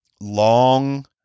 long